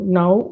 now